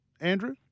Andrew